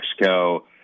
Mexico